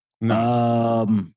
No